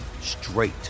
straight